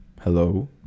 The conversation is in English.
hello